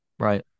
Right